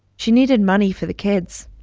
she needed money for the kids.